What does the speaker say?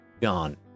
Gone